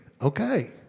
okay